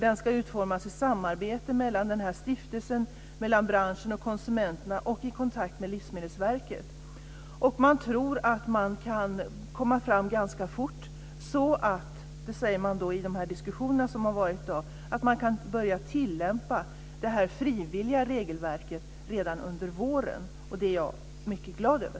Den ska utformas i ett samarbete mellan den här stiftelsen, branschen och konsumenterna och i kontakt med Livsmedelsverket. Man tror att man kan komma fram ganska fort. I de diskussioner som har varit i dag säger man att man tror att det här frivilliga regelverket kan börja tillämpas redan under våren. Det är jag mycket glad över.